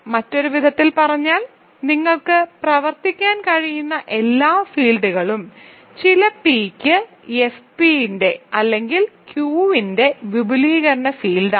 മറ്റൊരു വിധത്തിൽ പറഞ്ഞാൽ നിങ്ങൾക്ക് പ്രവർത്തിക്കാൻ കഴിയുന്ന എല്ലാ ഫീൽഡുകളും ചില p യ്ക്ക് F p ന്റെ അല്ലെങ്കിൽ Q ന്റെ വിപുലീകരണ ഫീൽഡാണ്